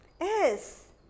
Yes